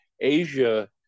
Asia